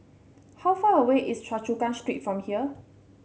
how far away is Choa Chu Kang Street from here